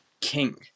king